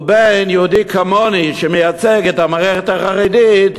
ובין יהודי כמוני, שמייצג את המערכת החרדית,